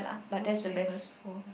most famous food